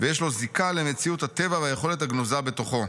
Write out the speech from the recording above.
ויש לו זיקה 'למציאות הטבע והיכולת הגנוזה בתוכו'.